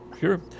Sure